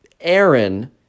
Aaron